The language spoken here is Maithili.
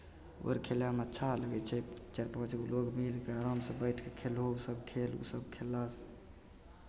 आओर खेलयमे अच्छा लगै छै चारि पाँच लोक मिलि कऽ आरामसँ बैठि कऽ खेलहो सभ खेल ओसभ खेला